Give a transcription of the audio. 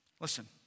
Listen